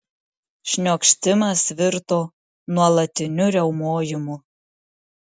šniokštimas virto nuolatiniu riaumojimu